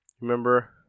Remember